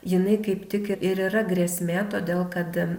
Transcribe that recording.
jinai kaip tik ir yra grėsmė todėl kad